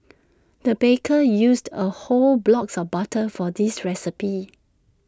the baker used A whole blocks of butter for this recipe